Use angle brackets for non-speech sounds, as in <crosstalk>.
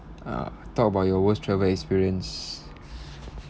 uh talk about your worst travel experience <breath>